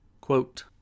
Quote